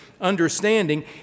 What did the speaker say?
understanding